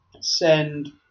send